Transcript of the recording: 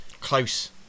Close